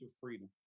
freedom